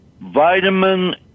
vitamin